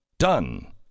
Done